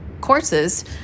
courses